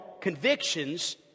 convictions